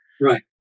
Right